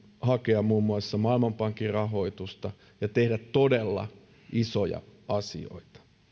hakea muun muassa maailmanpankin rahoitusta ja tehdä todella isoja asioita